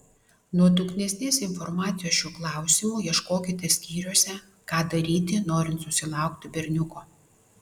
nuodugnesnės informacijos šiuo klausimu ieškokite skyriuose ką daryti norint susilaukti berniuko